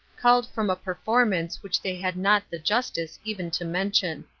culled from a performance which they had not the justice even to mention.